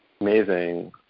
amazing